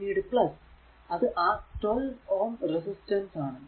പിന്നീട് അത് ആ 12Ω റെസിസ്റ്റൻസ് ആണ്